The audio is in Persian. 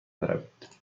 بروید